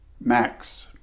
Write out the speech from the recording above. Max